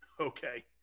Okay